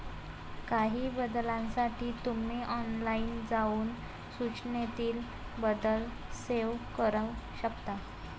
काही बदलांसाठी तुम्ही ऑनलाइन जाऊन सूचनेतील बदल सेव्ह करू शकता